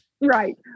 right